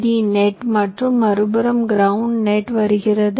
D net மற்றும் மறுபுறம் ground net வருகிறது